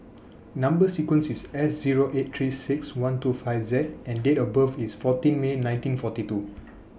Number sequence IS S Zero eight three six one two five Z and Date of birth IS fourteen May nineteen forty two